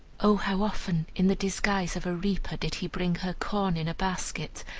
o how often, in the disguise of a reaper, did he bring her corn in a basket,